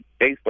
Facebook